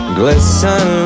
glisten